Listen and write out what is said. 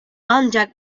ancak